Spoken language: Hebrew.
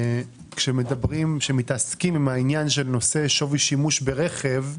שכשמתעסקים בעניין שווי שימוש ברכב,